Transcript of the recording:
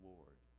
Lord